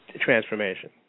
transformation